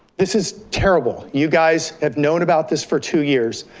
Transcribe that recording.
this is terrible, you guys have known about this for two years.